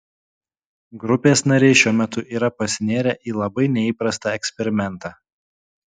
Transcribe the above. grupės nariai šiuo metu yra pasinėrę į labai neįprastą eksperimentą